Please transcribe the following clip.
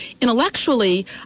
intellectually